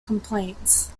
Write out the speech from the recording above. complaints